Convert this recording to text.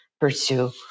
pursue